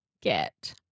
get